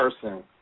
person